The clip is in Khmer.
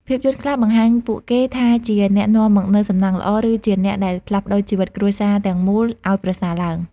ភាពយន្តខ្លះបង្ហាញពួកគេថាជាអ្នកនាំមកនូវសំណាងល្អ ឬជាអ្នកដែលផ្លាស់ប្ដូរជីវិតគ្រួសារទាំងមូលឲ្យប្រសើរឡើង។